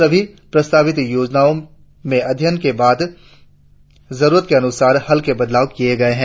सभी प्रस्तावित योजनाओ में अध्ययन के बाद जरुरत के अनुसार हल्के बदलाव किये गए है